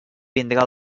vindre